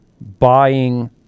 buying